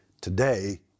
Today